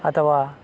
ಅಥವಾ